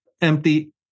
empty